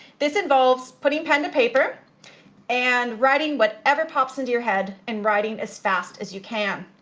this involves putting pen to paper and writing whatever pops into your head and writing as fast as you can.